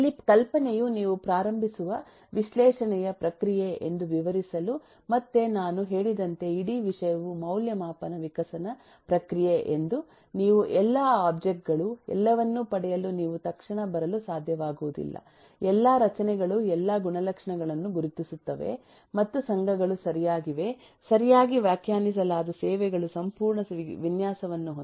ಇಲ್ಲಿ ಕಲ್ಪನೆಯು ನೀವು ಪ್ರಾರಂಭಿಸುವ ವಿಶ್ಲೇಷಣೆಯ ಪ್ರಕ್ರಿಯೆ ಎಂದು ವಿವರಿಸಲು ಮತ್ತು ನಾನು ಹೇಳಿದಂತೆ ಇಡೀ ವಿಷಯವು ಮೌಲ್ಯಮಾಪನ ವಿಕಸನ ಪ್ರಕ್ರಿಯೆ ಎಂದು ನೀವು ಎಲ್ಲಾ ಒಬ್ಜೆಕ್ಟ್ ಗಳು ಎಲ್ಲವನ್ನು ಪಡೆಯಲು ನೀವು ತಕ್ಷಣ ಬರಲು ಸಾಧ್ಯವಾಗುವುದಿಲ್ಲ ಎಲ್ಲಾ ರಚನೆಗಳು ಎಲ್ಲಾ ಗುಣಲಕ್ಷಣಗಳನ್ನು ಗುರುತಿಸುತ್ತವೆ ಮತ್ತು ಸಂಘಗಳು ಸರಿಯಾಗಿವೆ ಸರಿಯಾಗಿ ವ್ಯಾಖ್ಯಾನಿಸಲಾದ ಸೇವೆಗಳು ಸಂಪೂರ್ಣ ವಿನ್ಯಾಸವನ್ನು ಹೊಂದಿವೆ